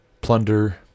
plunder